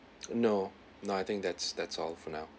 no no I think that's that's all for now